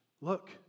look